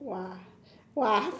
!wah! !wah!